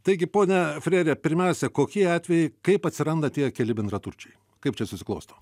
taigi pone frere pirmiausia kokie atvejai kaip atsiranda tie keli bendraturčiai kaip čia susiklosto